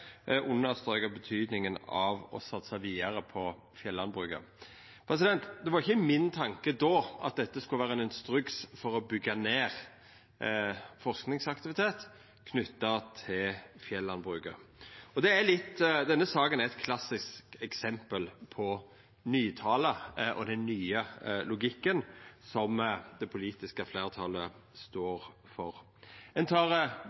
av å satsa vidare på fjellandbruket. Det var ikkje min tanke då at dette skulle vera ein instruks for å byggja ned forskingsaktivitet knytt til fjellandbruket. Denne saka er eit klassisk eksempel på nytale og den nye logikken som det politiske fleirtalet står for. Ein